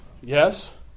yes